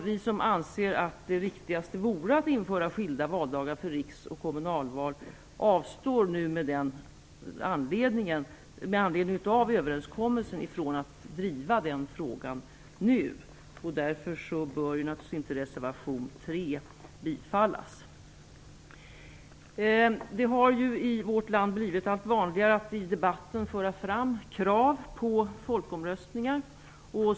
Vi som anser att det riktigaste vore med skilda valdagar för riksdagsval respektive kommunalval avstår från att kräva det med anledning av överenskommelsen om att driva den frågan nu. Därför bör naturligtvis inte reservation 3 Det har i vårt land blivit allt vanligare att i debatter föra fram krav på folkomröstningar.